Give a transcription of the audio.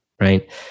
right